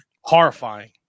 Horrifying